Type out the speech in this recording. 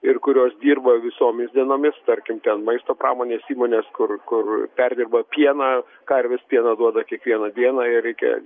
ir kurios dirba visomis dienomis tarkim ten maisto pramonės įmonės kur kur perdirba pieną karvės pieno duoda kiekvieną dieną ir reikia